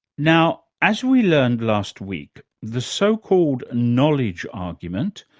now, as we learned last week, the so-called knowledge argument,